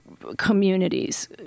communities